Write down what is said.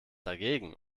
dagegen